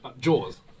Jaws